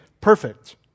perfect